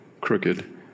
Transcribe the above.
crooked